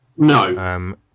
No